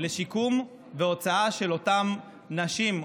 לשיקום ולהוצאה של אותם נשים,